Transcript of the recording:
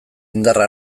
indarra